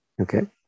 okay